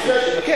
בסדר.